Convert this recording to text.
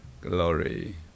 glory